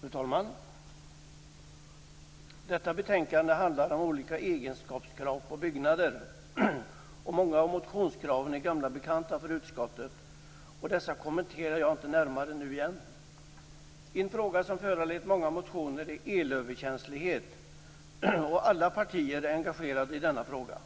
Fru talman! I detta betänkande behandlas olika egenskapskrav på byggnader. Många av motionskraven är gamla bekanta för utskottet, och därför kommenterar jag dem inte närmare igen. En fråga som föranlett många motioner är elöverkänslighet. Alla partier är engagerade i denna fråga.